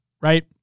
right